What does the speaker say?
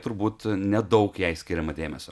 turbūt nedaug jai skiriama dėmesio